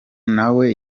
nawe